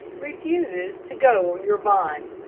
refuses to go on your bond.